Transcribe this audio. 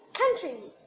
countries